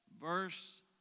verse